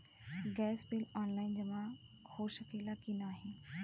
Gas bill online जमा हो सकेला का नाहीं?